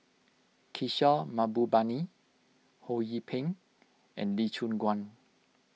Kishore Mahbubani Ho Yee Ping and Lee Choon Guan